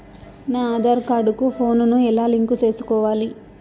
నా ఆధార్ కార్డు కు ఫోను ను ఎలా లింకు సేసుకోవాలి?